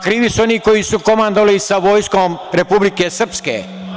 Krivi su oni koji su komandovali sa Vojskom Republike Srpske.